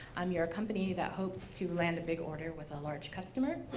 i'm your company that hopes to land a big order with a large customer.